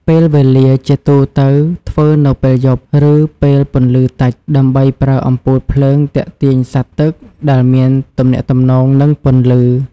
ពេលវេលា ជាទូទៅធ្វើនៅពេលយប់ ឬពេលពន្លឺតិច ដើម្បីប្រើអំពូលភ្លើងទាក់ទាញសត្វទឹកដែលមានទំនាក់ទំនងនឹងពន្លឺ។